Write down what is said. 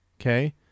Okay